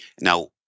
Now